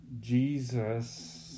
Jesus